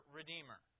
Redeemer